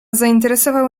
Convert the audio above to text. zainteresował